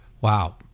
Wow